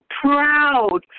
proud